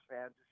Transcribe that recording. fans